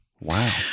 Wow